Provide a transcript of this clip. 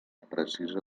precisa